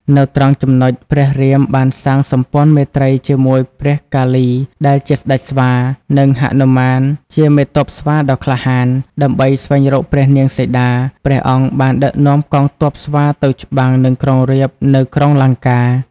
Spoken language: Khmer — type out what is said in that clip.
នៅត្រង់ចំណុចព្រះរាមបានសាងសម្ព័ន្ធមេត្រីជាមួយព្រះកាលីដែរជា ស្ដេចស្វា និងហនុមានជាមេទ័ពស្វាដ៏ក្លាហាន ដើម្បីស្វែងរកព្រះនាងសីតា ព្រះអង្គបានដឹកនាំកងទ័ពស្វាទៅច្បាំងនឹងក្រុងរាពណ៍នៅក្រុងលង្កា ។